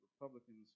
Republicans